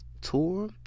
tour